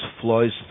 flows